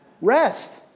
Rest